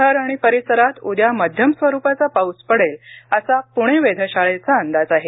शहर आणि परिसरात उद्या मध्यम स्वरूपाचा पाऊस पडेल असा पुणे वेधशाळेचा अंदाज आहे